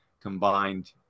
combined